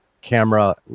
camera